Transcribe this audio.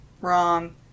Wrong